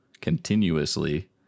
continuously